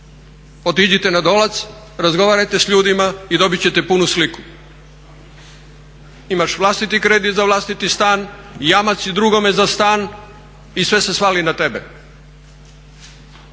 Otiđite na Dolac razgovarajte s ljudima i dobit ćete punu sliku. Imaš vlastiti kredit za vlastiti stan, jamac si drugome za stan i sve se svali na tebe.